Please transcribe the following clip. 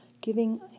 giving